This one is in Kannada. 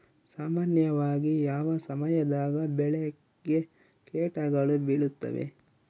ಸಾಮಾನ್ಯವಾಗಿ ಯಾವ ಸಮಯದಾಗ ಬೆಳೆಗೆ ಕೇಟಗಳು ಬೇಳುತ್ತವೆ?